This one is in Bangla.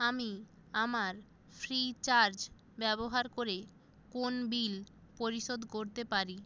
আমি আমার ফ্রিচার্জ ব্যবহার করে কোন বিল পরিশোধ করতে পারি